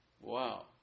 Wow